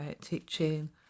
teaching